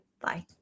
Bye